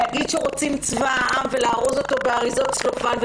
להגיד שרוצים את צבא העם ולארוז אותו באריזות צלופן,